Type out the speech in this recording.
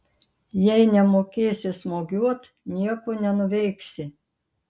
jei nemokėsi smūgiuot nieko nenuveiksi